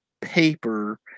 paper